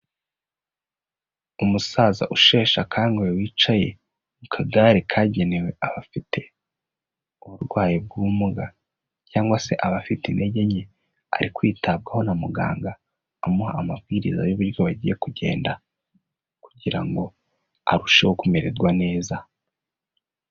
Umusaza usheshe akanguhe wicaye mu kagare kagenewe abafite uburwayi bw'ubumuga cyangwa se abafite intege nke, ari kwitabwaho na muganga amuha amabwiriza y'uburyo bagiye kugenda kugira ngo arusheho kumererwa neza.